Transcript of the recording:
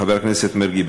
חבר הכנסת מרגי,